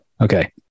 okay